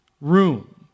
room